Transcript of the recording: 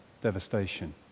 devastation